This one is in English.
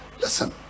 listen